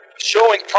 showing